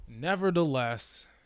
Nevertheless